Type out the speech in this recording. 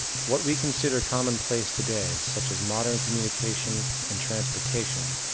what we consider commonplace today such as modern communication and transportation,